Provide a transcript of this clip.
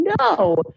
no